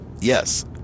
Yes